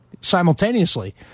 simultaneously